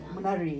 senang